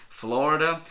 Florida